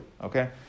Okay